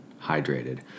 hydrated